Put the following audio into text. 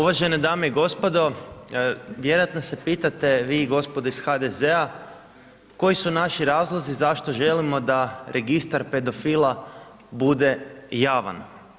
Uvažene dame i gospodo, vjerojatno se pitate vi gospodo iz HDZ-a, koji su naši razlozi zašto želimo da registar pedofila bude javan.